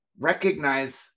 recognize